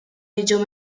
jiġu